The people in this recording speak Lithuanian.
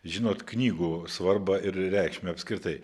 žinot knygų svarbą ir reikšmę apskritai